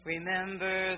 Remember